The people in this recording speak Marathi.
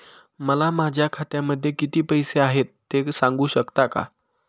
मला माझ्या खात्यामध्ये किती पैसे आहेत ते सांगू शकता का?